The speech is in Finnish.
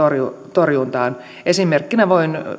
torjuntaan esimerkkinä voin